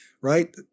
right